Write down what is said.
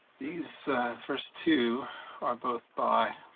these first two are both by